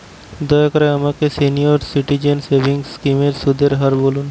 দয়া করে আমাকে সিনিয়র সিটিজেন সেভিংস স্কিমের সুদের হার বলুন